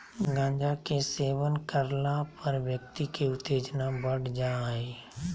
गांजा के सेवन करला पर व्यक्ति के उत्तेजना बढ़ जा हइ